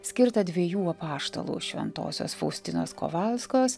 skirtą dviejų apaštalų šventosios faustinos kovalskos